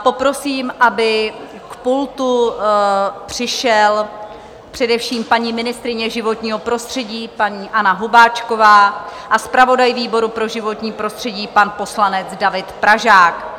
Poprosím, aby k pultu přišla především paní ministryně životního prostředí, paní Anna Hubáčková, a zpravodaj výboru pro životní prostředí, pan poslanec David Pražák.